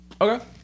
Okay